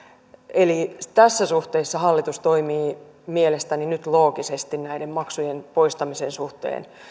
eli tässä suhteessa hallitus toimii mielestäni nyt loogisesti näiden maksujen poistamisen suhteen